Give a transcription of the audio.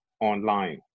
online